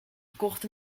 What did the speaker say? gekocht